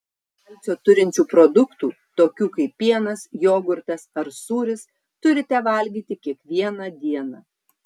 kalcio turinčių produktų tokių kaip pienas jogurtas ar sūris turite valgyti kiekvieną dieną